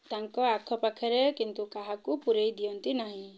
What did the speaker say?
ତାଙ୍କ ଆଖପାଖରେ କିନ୍ତୁ କାହାକୁ ପୂରାଇ ଦିଅନ୍ତି ନାହିଁ